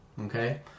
okay